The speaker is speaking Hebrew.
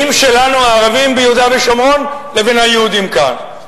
שלנו הערבים ביהודה ובשומרון לבין היהודים כאן.